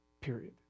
Period